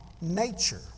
nature